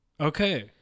Okay